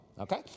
okay